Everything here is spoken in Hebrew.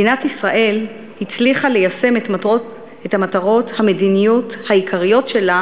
מדינת ישראל הצליחה ליישם את מטרות המדיניות העיקריות שלה